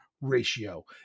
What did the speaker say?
ratio